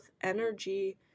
energy